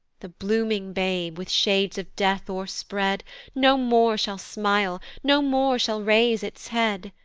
the blooming babe, with shades of death o'er-spread, no more shall smile, no more shall raise its head,